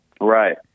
Right